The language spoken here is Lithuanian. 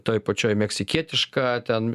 toj pačioj meksikietiška ten